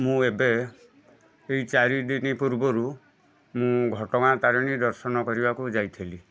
ମୁଁ ଏବେ ଏଇ ଚାରିଦିନି ପୂର୍ବରୁ ମୁଁ ଘଟଗାଁ ତାରିଣୀ ଦର୍ଶନ କରିବାକୁ ଯାଇଥିଲି